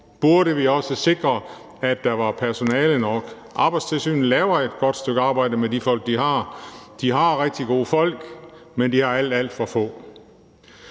burde vi også sikre, at der er personale nok. Arbejdstilsynet laver et godt stykke arbejde med de folk, de har. De har rigtig gode folk, men de har alt, alt for få.